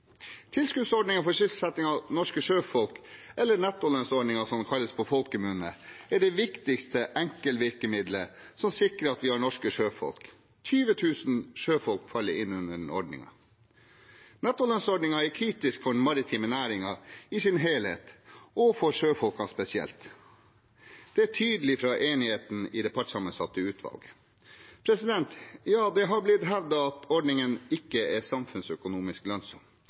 for sysselsetting av norske sjøfolk, eller nettolønnsordningen, som den kalles på folkemunne, er det viktigste enkeltvirkemiddelet som sikrer at vi har norske sjøfolk. 20 000 sjøfolk faller inn under den ordningen. Nettolønnsordningen er kritisk for den maritime næringen i sin helhet, og for sjøfolkene spesielt. Det er tydelig fra enigheten i det partssammensatte utvalget. Det har blitt hevdet at ordningen ikke er samfunnsøkonomisk lønnsom.